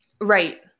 Right